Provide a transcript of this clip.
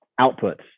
outputs